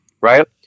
right